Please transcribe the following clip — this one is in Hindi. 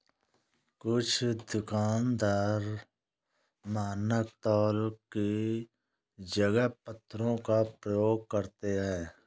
कुछ दुकानदार मानक तौल की जगह पत्थरों का प्रयोग करते हैं